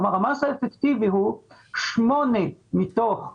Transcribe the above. כלומר, המס האפקטיבי הוא 8 מתוך 40,